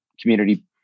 community